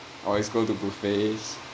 always go to buffets